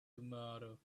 tomorrow